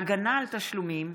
(הגנה על תשלומים)